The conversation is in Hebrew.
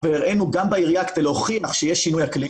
גם בעירייה כדי להוכיח שיש שינוי אקלים.